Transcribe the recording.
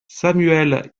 samuel